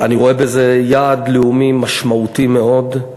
אני רואה בזה יעד לאומי משמעותי מאוד,